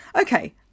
Okay